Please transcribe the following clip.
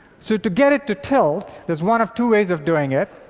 so to get it to tilt, there's one of two ways of doing it.